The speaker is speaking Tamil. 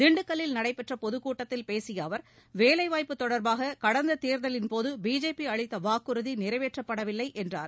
திண்டுக்கல்லில் நடைபெற்ற பொதுக் கூட்டத்தில் பேசிய அவர் வேலை வாய்ப்பு தொடர்பாக கடந்த தேர்தலின் போது பிஜேபி அளித்த வாக்குறுதி நிறைவேற்றப்படவில்லை என்றார்